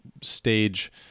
stage